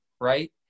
right